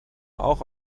auch